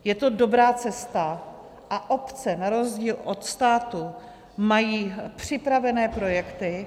Je to dobrá cesta a obce na rozdíl od státu mají připraveny projekty.